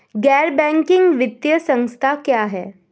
गैर बैंकिंग वित्तीय संस्था क्या है?